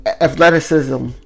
Athleticism